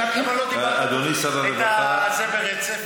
למה לא תקרא את הזה ברצף?